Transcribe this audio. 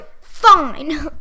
Fine